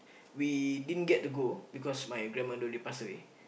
we didn't get to go because my grandmother only pass away